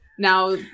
Now